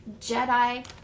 Jedi